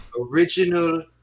Original